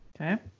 Okay